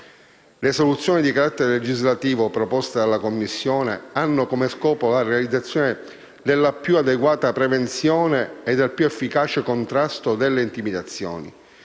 Le soluzioni di carattere legislativo proposte dalla Commissione hanno come scopo la realizzazione della più adeguata prevenzione e del più efficace contrasto delle intimidazioni: